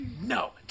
no